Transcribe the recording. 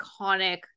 iconic